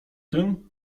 tym